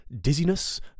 dizziness